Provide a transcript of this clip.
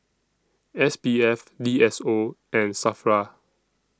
S P F D S O and SAFRA